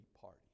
party